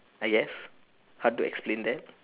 I guess hard to explain that